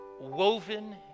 woven